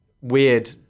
weird